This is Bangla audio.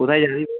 কোথায় যাবি